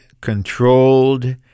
controlled